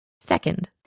Second